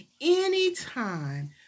Anytime